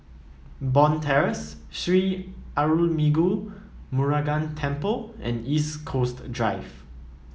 Bond Terrace Sri Arulmigu Murugan Temple and East Coast Drive